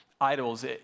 idols